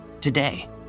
today